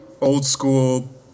old-school